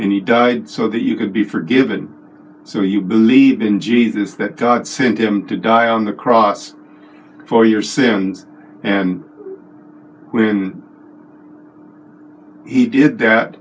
and he died so that you could be forgiven so you believe in jesus that god sent him to die on the cross for your sins and when he did that